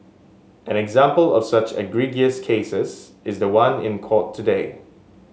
an example of such egregious cases is the one in court today